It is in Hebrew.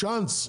צ'אנס.